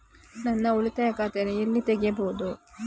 ನಾನು ಉಳಿತಾಯ ಖಾತೆಯನ್ನು ಎಲ್ಲಿ ತೆಗೆಯಬಹುದು?